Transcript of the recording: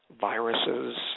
viruses